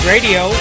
Radio